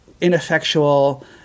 ineffectual